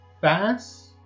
fast